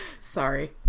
Sorry